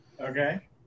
Okay